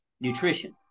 nutrition